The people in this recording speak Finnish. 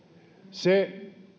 se